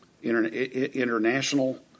International